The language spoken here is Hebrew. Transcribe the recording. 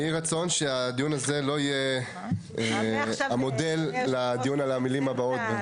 יהי רצון שהדיון הזה לא יהיה המודל לדיון על המילים הבאות.